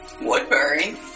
Woodbury